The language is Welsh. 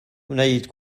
wneud